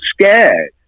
scared